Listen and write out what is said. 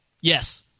Yes